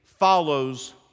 follows